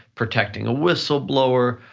protecting a whistleblower,